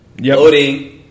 loading